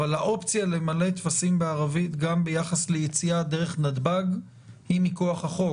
אבל האופציה למלא טפסים בערבית גם ביחס ליציאה דרך נתב"ג היא מכוח החוק.